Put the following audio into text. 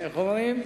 איך אומרים?